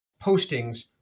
postings